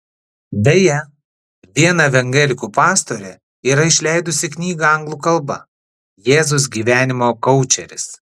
beje viena evangelikų pastorė yra išleidusi knygą anglų kalba jėzus gyvenimo koučeris